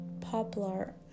poplar